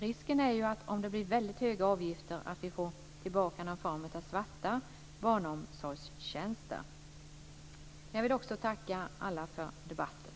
Risken om det blir väldigt höga avgifter är att vi får tillbaka någon form av "svarta" barnomsorgstjänster. Jag vill också tacka alla för debatten.